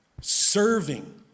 serving